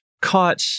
caught